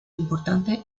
importante